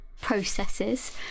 processes